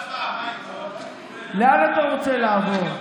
נעבור להצבעה, לאן אתה רוצה לעבור?